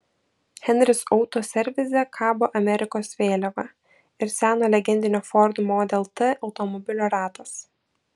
henris auto servise kabo amerikos vėliava ir seno legendinio ford model t automobilio ratas